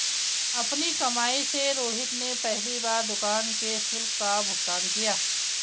अपनी कमाई से रोहित ने पहली बार दुकान के शुल्क का भुगतान किया